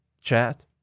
chat